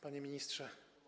Panie Ministrze!